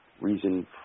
reason